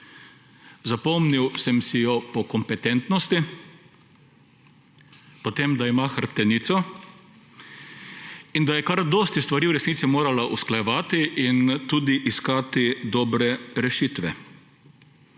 Zapomnil sem si jo po kompetentnosti, po tem, da ima hrbtenico in da je, kar dosti stvari v resnici morala usklajevati in tudi iskati dobre rešitve.